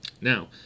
now